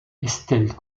estelle